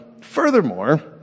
Furthermore